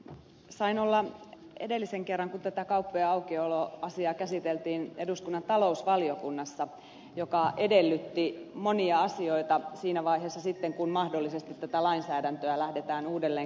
sain olla edellisen kerran kun tätä kauppojen aukioloasiaa käsiteltiin eduskunnan talousvaliokunnassa joka edellytti monia asioita siinä vaiheessa sitten kun mahdollisesti tätä lainsäädäntöä lähdetään uudelleen käsittelemään